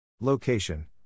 Location